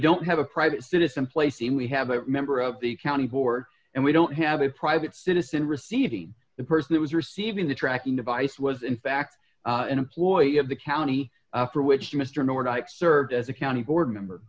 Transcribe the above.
don't have a private citizen placing we have a member of the county board and we don't have a private citizen receiving the person that was receiving the tracking device was in fact an employee of the county for which mr nordyke served as a county board member